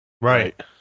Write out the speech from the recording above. Right